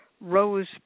rose